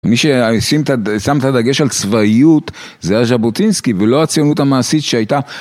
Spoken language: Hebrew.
מי ששם את הדגש על צבאיות זה היה ז'בוטינסקי ולא הציונות המעשית שהייתה